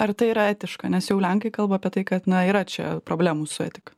ar tai yra etiška nes jau lenkai kalba apie tai kad na yra čia problemų su etika